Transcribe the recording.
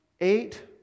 eight